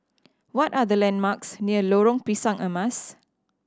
what are the landmarks near Lorong Pisang Emas